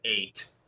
eight